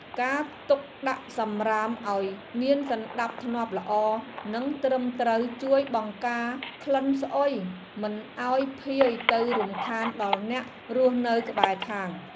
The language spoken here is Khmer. ការទុកដាក់សំរាមឱ្យមានសណ្តាប់ធ្នាប់ល្អនិងត្រឹមត្រូវជួយបង្ការក្លិនស្អុយមិនឱ្យភាយទៅរំខានដល់អ្នករស់នៅក្បែរខាង។